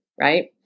right